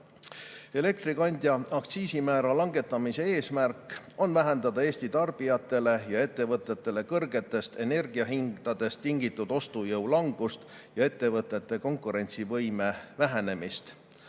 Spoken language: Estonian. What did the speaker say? Elektrikandja aktsiisimäära langetamise eesmärk on vähendada Eesti tarbijatele ja ettevõtetele kõrgetest energiahindadest tingitud ostujõu langust ja ettevõtete konkurentsivõime vähenemist.